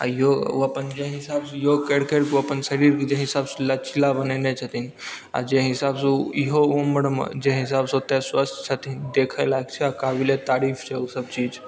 आओर योग ओ अप्पन जाहि हिसाबसे योग करि करिके अप्पन शरीरके जाहि हिसाबसे लचीला बनेने छथिन आओर जे हिसाबसे ओ इहो उमरिमे जे हिसाबसे ओतेक स्वस्थ छथिन देखे लायक छै आओर काबिले तारीफ छै ओसब चीज